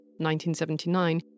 1979